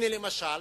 למשל,